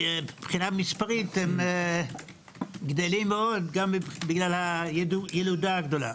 מבחינה מספרית הם גדלים מאוד גם בגלל הילודה הגדולה.